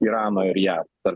irano ir jav per